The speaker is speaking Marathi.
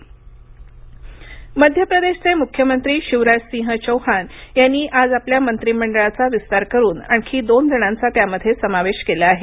मप्र कॅबिनेट मध्यप्रदेशचे मुख्यमंत्री शिवराजसिंह चौहान यांनी आज आपल्या मंत्रिमंडळाचा विस्तार करून आणखी दोन जणांचा त्यामध्ये समावेश केला आहे